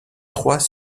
trois